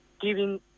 giving